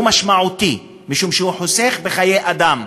הוא משמעותי, משום שהוא חוסך בחיי אדם.